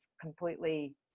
completely